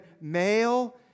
male